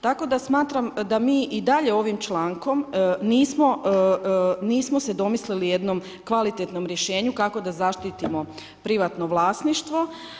Tako da smatram, da mi i dalje, ovim člankom nismo se domislili jednom kvalitetnom riješenu kako da zaštitimo privatno vlasništvo.